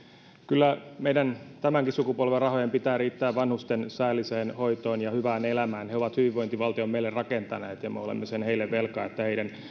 kyllä meidän tämänkin sukupolven rahojen pitää riittää vanhusten säälliseen hoitoon ja hyvään elämään he ovat hyvinvointivaltion meille rakentaneet ja me olemme sen heille velkaa että heidän